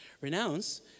Renounce